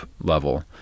level